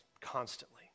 constantly